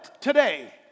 today